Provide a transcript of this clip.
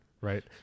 Right